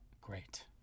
great